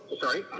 Sorry